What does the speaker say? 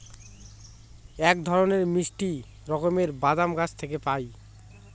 এক ধরনের মিষ্টি রকমের বাদাম গাছ থেকে পায়